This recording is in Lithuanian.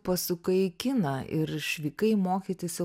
pasukai į kiną ir išvykai mokytis į